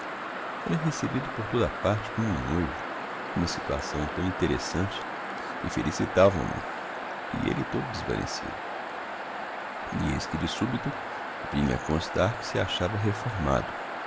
mordassov era recebido por toda a parte como um noivo uma situação tão interessante e felicitavam no e elle todo desvanecido e eis que de subito vinha a constar que se achava reformado